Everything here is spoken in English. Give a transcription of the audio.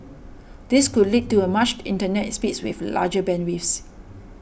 this could lead to a much Internet speeds with larger bandwidths